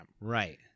Right